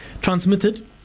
transmitted